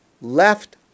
left